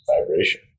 vibration